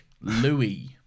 Louis